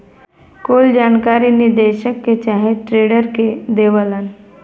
कुल जानकारी निदेशक के चाहे ट्रेडर के देवलन